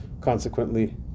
consequently